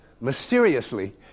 mysteriously